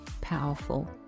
powerful